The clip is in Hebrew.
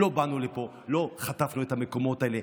לא באנו לפה וחטפנו את המקומות האלה.